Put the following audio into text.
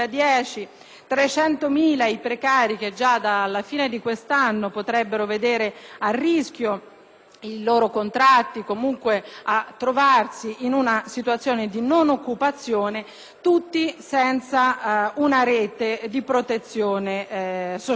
300.000 i precari che già dalla fine di quest'anno potrebbero vedere a rischio il loro contratto o comunque trovarsi in una situazione di non occupazione, tutti senza una rete di protezione sociale.